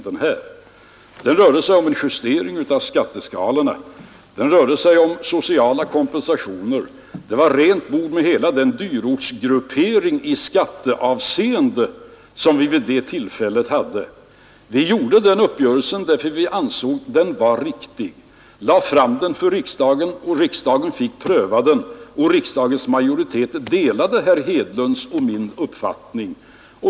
Den rörde sig om en justering av skatteskalorna, om sociala kompensationer, den gjorde rent bord med hela den dyrortsgruppering i skatteavseende, som vi vid det tillfället hade. Vi gjorde den uppgörelsen därför att vi ansåg den vara riktig. Vi lade fram den för riksdagen, som fick pröva den, och riksdagens majoritet delade herr Hedlunds och min uppfattning.